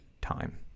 time